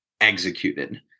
executed